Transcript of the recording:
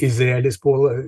izraelis puola